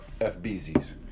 fbz's